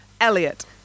Elliot